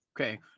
Okay